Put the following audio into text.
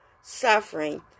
suffering